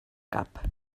cap